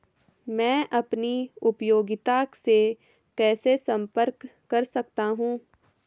मैं अपनी उपयोगिता से कैसे संपर्क कर सकता हूँ?